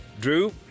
Drew